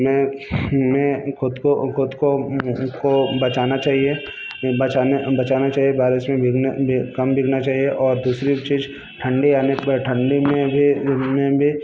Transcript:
में में खुद को खुद को को बचाना चाहिए बचाने बचाना चाहिए बारिश में भीगना कम भीगना चाहिए और दूसरी चीज़ ठंडी आने के बाद ठंडी में भी में भी